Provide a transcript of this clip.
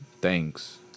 Thanks